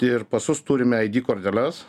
ir pasus turime aidy korteles